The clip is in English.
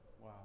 Wow